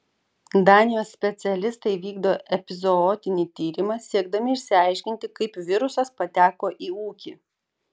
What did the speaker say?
danijos specialistai vykdo epizootinį tyrimą siekdami išsiaiškinti kaip virusas pateko į ūkį